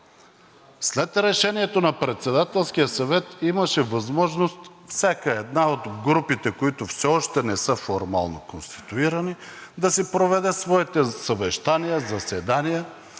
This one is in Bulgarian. След решението на Председателския съвет имаше възможност всяка една от групите, които все още не са формално конституирани, да си проведе своите съвещания, заседания